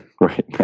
right